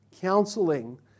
counseling